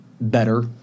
better